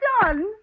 done